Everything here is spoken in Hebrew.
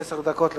עשר דקות לרשותך.